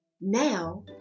Now